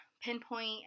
pinpoint